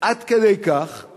עד כדי כך